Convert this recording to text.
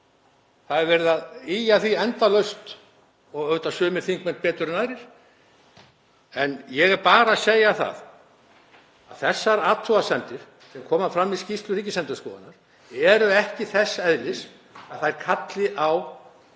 Það er verið að ýja að því endalaust og auðvitað sumir þingmenn betur en aðrir. Ég er bara að segja það að þessar athugasemdir sem koma fram í skýrslu Ríkisendurskoðunar eru ekki þess eðlis að þær kalli á